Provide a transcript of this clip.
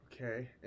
Okay